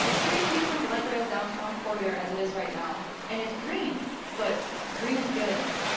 here's houston's lightrail downtown corridor as it is right now, and it's green but green is good,